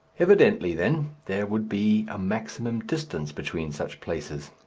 evidently, then, there would be a maximum distance between such places.